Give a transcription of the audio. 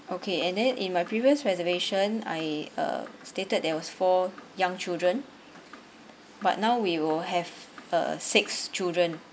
okay and then in my previous reservation I uh stated there was four young children but now we will have uh six children